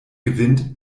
gewinnt